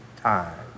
time